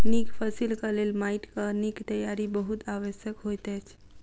नीक फसिलक लेल माइटक नीक तैयारी बहुत आवश्यक होइत अछि